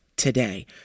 Today